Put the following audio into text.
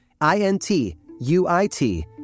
I-N-T-U-I-T